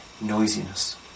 noisiness